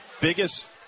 Biggest